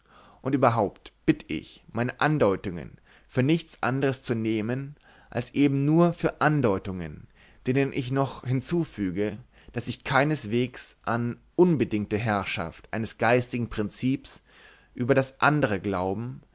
und überhaupt bitt ich meine andeutungen für nichts anders zu nehmen als eben nur für andeutungen denen ich noch hinzufüge daß ich keinesweges an unbedingte herrschaft eines geistigen prinzips über das andere glauben